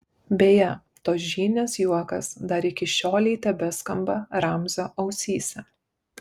beje tos žynės juokas dar iki šiolei tebeskamba ramzio ausyse